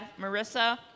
Marissa